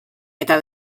eta